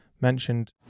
Mentioned